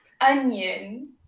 Onion